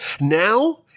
Now